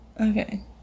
Okay